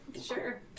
Sure